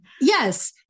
Yes